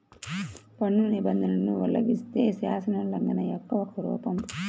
పన్ను నిబంధనలను ఉల్లంఘిస్తే, శాసనోల్లంఘన యొక్క ఒక రూపం